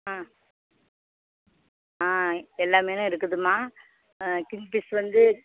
ஆ ஆ எல்லா மீனும் இருக்குதும்மா ஆ கிங் ஃபிஸ்லேருந்து